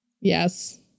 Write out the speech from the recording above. yes